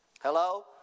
Hello